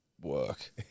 work